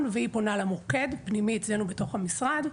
והיא פונה למוקד פנימי אצלנו בתוך המשרד,